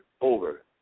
over